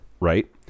Right